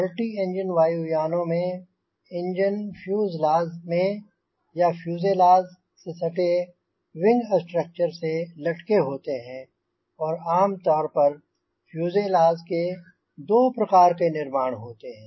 multi engine वायुयानों में engine fuselage में या फ़्यूज़ेलाज़ से सटे या विंग स्ट्रक्चर से लटके होते हैं आम तौर पर फ़्यूज़ेलाज़ के दो प्रकार के निर्माण होते हैं